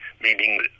meaning